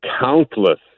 countless